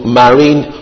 marine